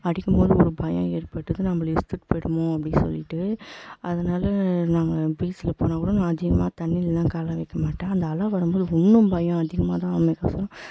அடிக்கும்போது ஒரு பயம் ஏற்பட்டுது நம்மள இழுத்து போய்டுமோ அப்படி சொல்லிவிட்டு அதனால நாங்கள் பீச்சில் போனாக்கூட நான் அதிகமாக தண்ணிலலாம் கால் வைக்கமாட்டேன் அந்த அலை வரும்போது இன்னும் பயம் அதிகமாகதான் நமக்கு வரும்